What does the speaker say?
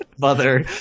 mother